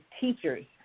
teachers